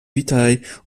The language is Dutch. vitae